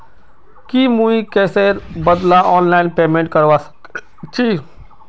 की मुई कैशेर बदला ऑनलाइन पेमेंट करवा सकेछी